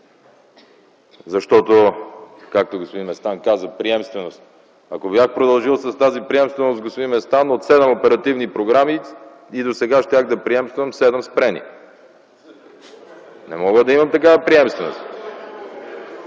Защото, както каза господин Местан – приемственост. Ако бях продължил с тази приемственост, господин Местан, от седем оперативни програми и досега щях да приемствам седем спрени. Не мога да имам такава приемственост.